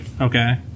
okay